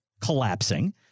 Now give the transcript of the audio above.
collapsing